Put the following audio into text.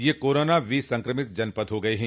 यह कोरोना विसंक्रमित जनपद हो गये हैं